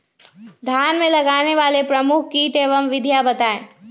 धान में लगने वाले प्रमुख कीट एवं विधियां बताएं?